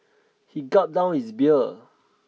he gulped down his beer